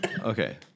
okay